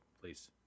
please